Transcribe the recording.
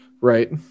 Right